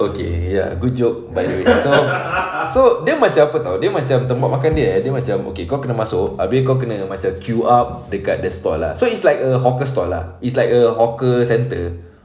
okay ya good joke but ah so then macam apa [tau] dia macam tempat makan dia eh dia macam okay kau kena masuk abeh kau kena macam queue up dekat the stall ah so it's like a hawker stall ah it's like a hawker centre